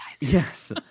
yes